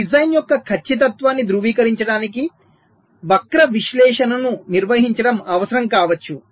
design యొక్క ఖచ్చితత్వాన్ని ధృవీకరించడానికి వక్ర విశ్లేషణను నిర్వహించడం అవసరం కావచ్చు